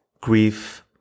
grief